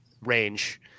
range